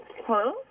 hello